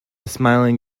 smiling